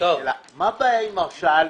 מה הבעיה עם הרשאה להתחייב?